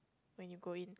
when you go in